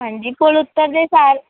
ਹਾਂਜੀ ਪੁੱਲ ਉੱਤਰਦੇ ਸਾਰ